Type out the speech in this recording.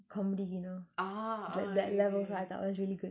comedy you know it's like that level so I thought it was really good